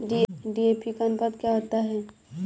DAP का अनुपात क्या होता है?